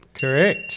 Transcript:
Correct